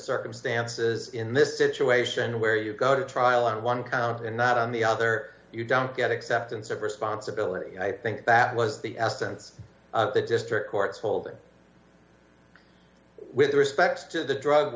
circumstances in this situation where you go to trial on one count and not on the other you don't get acceptance of responsibility and i think that was the essence of the district court's holding with respect to the drug